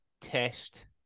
test